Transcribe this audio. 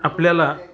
आपल्याला